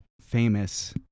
famous